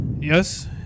yes